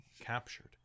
captured